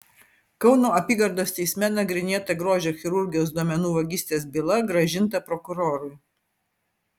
kauno apygardos teisme nagrinėta grožio chirurgijos duomenų vagystės byla grąžinta prokurorui